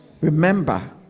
Remember